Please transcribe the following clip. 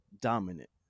dominant